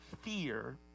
fear